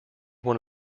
one